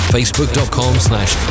Facebook.com/slash